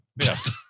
Yes